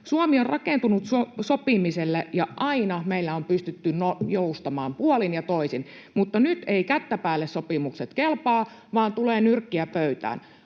Suomi on rakentunut sopimiselle, ja aina meillä on pystytty joustamaan puolin ja toisin. Mutta nyt eivät kättä päälle -sopimukset kelpaa, vaan tulee nyrkkiä pöytään.